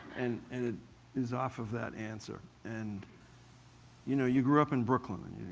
and it is off of that answer. and you know you grew up in brooklyn,